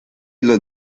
los